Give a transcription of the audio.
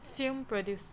film produce